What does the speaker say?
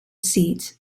seat